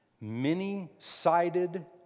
many-sided